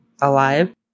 alive